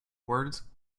words